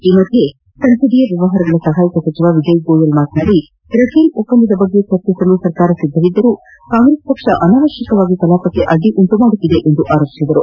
ಈ ಮಧ್ಯೆ ಸಂಸದೀಯ ವ್ಯವಹಾರಗಳ ಸಹಾಯಕ ಸಚಿವ ವಿಜಯ್ ಗೋಯಲ್ ಮಾತನಾಡಿ ರಫೇಲ್ ಒಪ್ಪಂದದ ಬಗ್ಗೆ ಚರ್ಚಿಸಲು ಸರ್ಕಾರ ಸಿದ್ದವಿದ್ದರೂ ಕಾಂಗ್ರೆಸ್ ಅನಾವಶ್ಯಕವಾಗಿ ಕಲಾಪಕ್ಕೆ ಅಡ್ಡಿ ಉಂಟು ಮಾಡುತ್ತಿದೆ ಎಂದು ಆರೋಪಿಸಿದರು